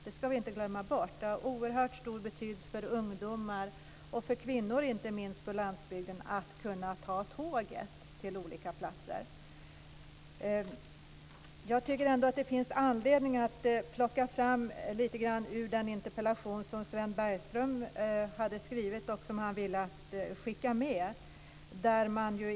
Det har oerhört stor betydelse för ungdomar och inte minst kvinnor på landsbygden att kunna ta tåget till olika platser. Det finns anledning att plocka fram något ur den interpellation som Sven Bergström hade väckt.